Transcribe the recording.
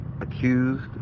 accused